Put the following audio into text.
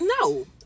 No